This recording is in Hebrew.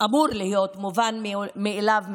אמור להיות מובן מאליו,